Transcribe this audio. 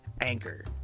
Anchor